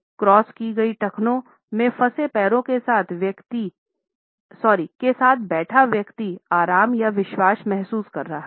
cross की हुई टखनों में फंसे पैरों के साथ बैठा व्यक्ति आराम या विश्वास महसूस कर रहा है